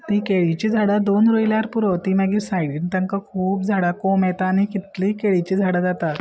ती केळीची झाडां दोन रोयल्यार पुरो ती मागीर सायडीन तांकां खूब झाडां कोम येता आनी कितलीय केळीची झाडां जाता